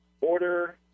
order